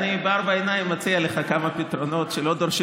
בארבע עיניים אציע לך כמה פתרונות שלא דורשים